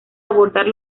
abordar